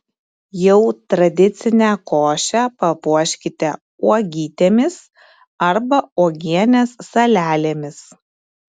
jau tradicinę košę papuoškite uogytėmis arba uogienės salelėmis